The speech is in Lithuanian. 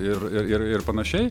ir ir ir panašiai